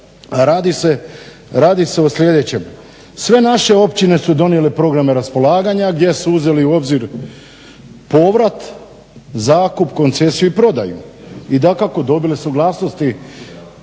Radi se o sljedećem. Sve naše općine su donijele programe raspolaganja gdje su uzeli u obzir povrat, zakup, koncesiju i prodaju i dakako dobile suglasnosti